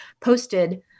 posted